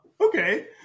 okay